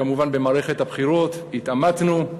כמובן, במערכת הבחירות התעמתנו,